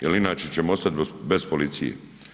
Jer inače ćemo ostati bez policije.